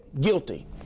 guilty